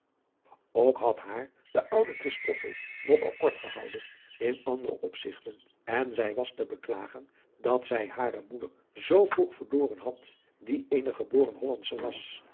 ook had haar de oude christoffel nog al kort gehouden in andere opzigten en zij was te beklagen dat zij hare moeder zoo vroeg verloren had die eene geboren hollandsche was